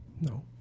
No